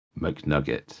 McNugget